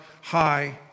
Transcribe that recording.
high